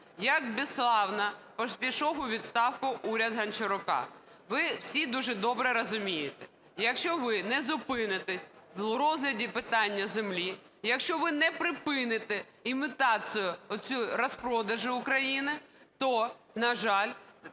як безславно пішов у відставку уряд Гончарука. Ви всі дуже добре розумієте: якщо ви не зупинитесь в розгляді питання землі, якщо ви не припините імітацію цю розпродажу України, то, на жаль,